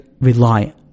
rely